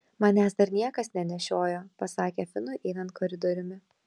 manęs dar niekas nenešiojo pasakė finui einant koridoriumi